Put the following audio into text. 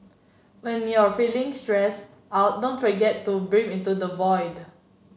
when you are feeling stress out don't forget to breathe into the void